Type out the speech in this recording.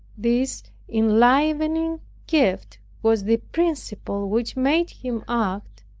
this enlivening gift was the principle which made him act,